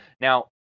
Now